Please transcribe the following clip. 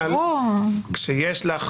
אבל כשיש לך